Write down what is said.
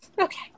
Okay